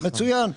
מצוין.